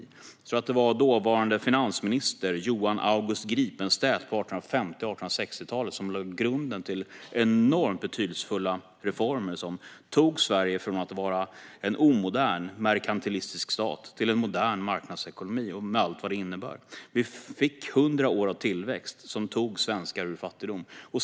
Jag tror att det var dåvarande finansministern, Johan August Gripenstedt, som på 1850 eller 1860-talet lade grunden för enormt betydelsefulla reformer, som gjorde att Sverige gick från att vara en omodern, merkantilistisk stat till att vara en modern marknadsekonomi, med allt vad det innebär. Vi fick 100 år av tillväxt, som tog svenskar ur fattigdom.